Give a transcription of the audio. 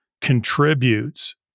contributes